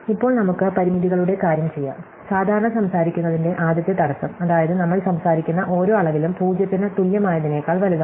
ഇപ്പോൾ നമുക്ക് പരിമിതികളുടെ കാര്യം ചെയ്യാം സാധാരണ സംസാരിക്കുന്നതിന്റെ ആദ്യത്തെ തടസ്സം അതായത് നമ്മൾ സംസാരിക്കുന്ന ഓരോ അളവിലും 0 ന് തുല്യമായതിനേക്കാൾ വലുതാണ്